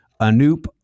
Anoop